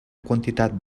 quantitat